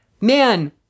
man